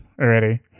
already